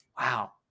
Wow